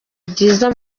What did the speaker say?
byiza